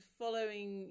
following